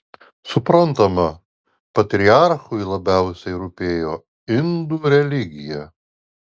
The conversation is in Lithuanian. suprantama patriarchui labiausiai rūpėjo indų religija